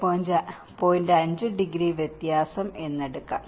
5 degree വ്യത്യാസം എന്ന് വിളിക്കാം